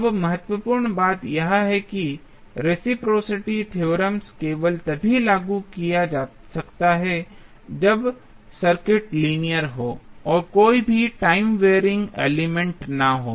अब महत्वपूर्ण बात यह है कि रेसिप्रोसिटी थ्योरम केवल तभी लागू किया जा सकता है जब सर्किट लीनियर हो और कोई भी टाइम वेरिंग एलिमेंट न हो